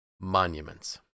Monuments